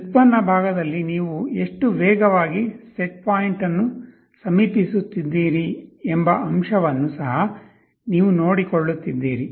derivative ಭಾಗದಲ್ಲಿ ನೀವು ಎಷ್ಟು ವೇಗವಾಗಿ ಸೆಟ್ ಪಾಯಿಂಟ್ ಅನ್ನು ಸಮೀಪಿಸುತ್ತಿದ್ದೀರಿ ಎಂಬ ಅಂಶವನ್ನು ಸಹ ನೀವು ನೋಡಿಕೊಳ್ಳುತ್ತಿದ್ದೀರಿ